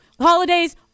Holidays